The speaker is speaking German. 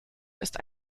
ist